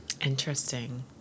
Interesting